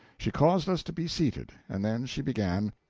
she caused us to be seated, and then she began,